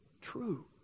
true